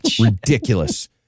Ridiculous